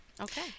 Okay